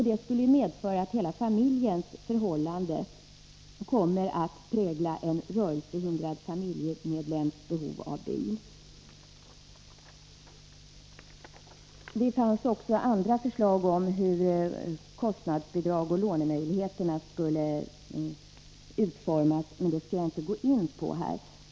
Det skulle medföra att hela familjens förhållanden skall beaktas vid bedömning av en rörelsehindrad familjemedlems behov av bil. Det fanns också andra förslag om hur kostnadsbidrag och lånemöjligheter skulle kunna utformas, men dem skall jag inte gå in på här.